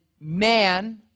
man